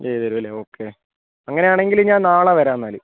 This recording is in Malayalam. ചെയ്തുതരുമല്ലേ ഓക്കെ അങ്ങനെയാണെങ്കിൽ ഞാൻ നാളെ വരാം എന്നാൽ